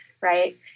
right